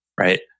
right